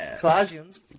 Colossians